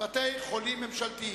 בתי-חולים ממשלתיים.